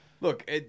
Look